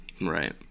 Right